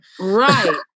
Right